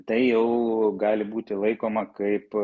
tai jau gali būti laikoma kaip